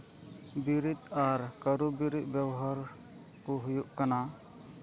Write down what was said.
ᱵᱤᱨᱤᱫ ᱟᱨ ᱠᱟᱹᱨᱩ ᱵᱤᱨᱤᱫ ᱵᱮᱵᱚᱦᱟᱨ ᱠᱚ ᱦᱩᱭᱩᱜ ᱠᱟᱱᱟ